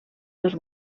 dos